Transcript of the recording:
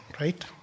right